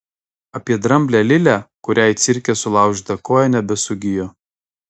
apie dramblę lilę kuriai cirke sulaužyta koja nebesugijo